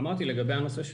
עוד נושא,